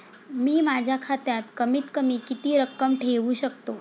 मी माझ्या खात्यात कमीत कमी किती रक्कम ठेऊ शकतो?